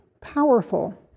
powerful